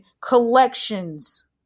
collections